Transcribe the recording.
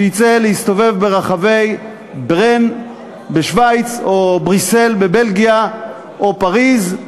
שיצא להסתובב ברחבי ברן בשווייץ או בריסל בבלגיה או פריז,